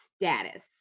Status